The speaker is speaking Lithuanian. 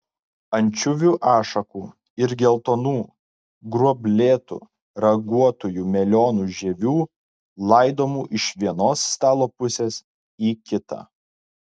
ančiuvių ašakų ir geltonų gruoblėtų raguotųjų melionų žievių laidomų iš vienos stalo pusės į kitą